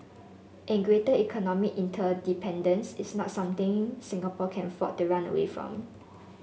and greater economic interdependence is not something Singapore can afford to run away from